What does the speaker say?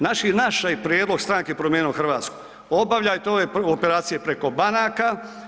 Znači naš je prijedlog stranke Promijenimo Hrvatsku, obavljajte ove operacije preko banaka.